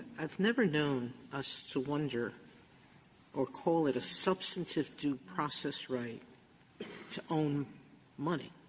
i've never known us to wonder or call it a substantive due-process right to own money.